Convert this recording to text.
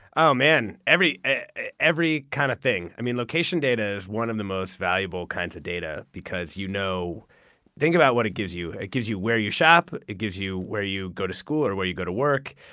oh man, every every kind of thing. location data is one of the most valuable kinds of data because you know think about what it gives you. it gives you where you shop. it gives you where you go to school or where you go to work.